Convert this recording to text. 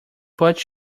put